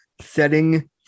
setting